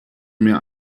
mir